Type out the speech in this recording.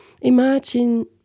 imagine